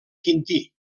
quintí